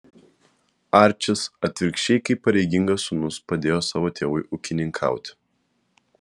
arčis atvirkščiai kaip pareigingas sūnus padėjo savo tėvui ūkininkauti